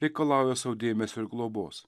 reikalauja sau dėmesio ir globos